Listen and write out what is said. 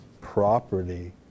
property